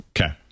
Okay